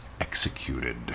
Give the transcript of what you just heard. executed